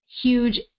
huge